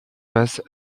face